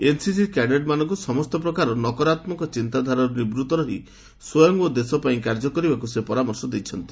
NCC କ୍ୟାଡେଟସ୍ମାନଙ୍କୁ ସମସ୍ତ ପ୍ରକାରର ନକରାତ୍ମକ ଚିନ୍ତା ଧାରାରୁ ନିବୃତ ରହି ସ୍ୱୟଂ ଓ ଦେଶ ପାଇଁ କାର୍ଯ୍ୟ କରିବାକୁ ସେ ପରାମର୍ଶ ଦେଇଛନ୍ତି